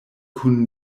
kun